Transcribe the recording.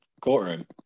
courtroom